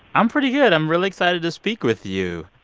i'm pretty good. i'm really excited to speak with you.